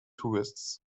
tourists